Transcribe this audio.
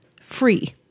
free –